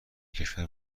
کشور